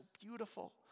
beautiful